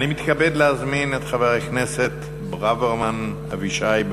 אני מתכבד להזמין את חבר הכנסת ברוורמן אבישי.